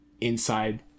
inside